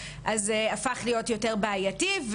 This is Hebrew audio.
הפך להיות יותר בעייתי,